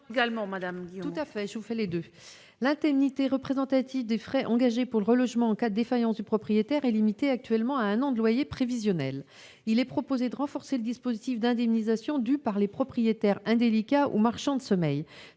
L'indemnité représentative des frais engagés pour le relogement en cas de défaillance du propriétaire est limitée actuellement à un an de loyer prévisionnel. Il est proposé de renforcer l'indemnisation due par les propriétaires indélicats ou marchands de sommeil.